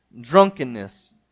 drunkenness